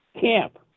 camp